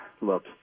look